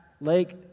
Lake